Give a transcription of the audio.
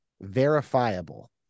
verifiable